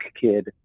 kid